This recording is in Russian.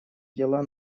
дела